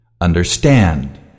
understand